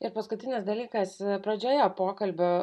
ir paskutinis dalykas pradžioje pokalbio